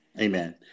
Amen